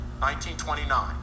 1929